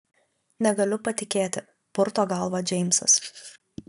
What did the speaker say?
negaliu patikėti purto galvą džeimsas